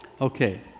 Okay